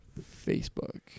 Facebook